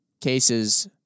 cases